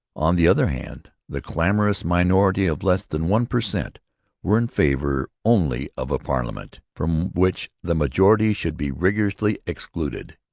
on the other hand, the clamorous minority of less than one per cent were in favour only of a parliament from which the majority should be rigorously excluded,